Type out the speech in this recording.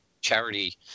charity